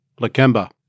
Lakemba